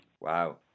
Wow